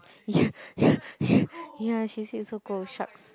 ya she said it's so cold sharks